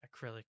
acrylic